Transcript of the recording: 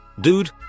Dude